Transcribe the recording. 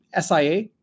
SIA